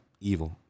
evil